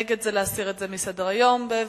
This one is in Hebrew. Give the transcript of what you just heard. נגד זה להסיר את זה מסדר-היום, בבקשה.